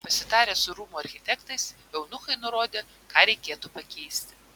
pasitarę su rūmų architektais eunuchai nurodė ką reikėtų pakeisti